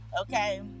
Okay